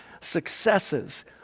Successes